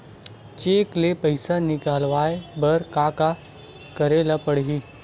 Cheque ले पईसा निकलवाय बर का का करे ल पड़हि?